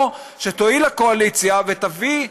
או שתואיל הקואליציה ותביא,